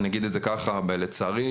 אגיד את זה ככה לצערי,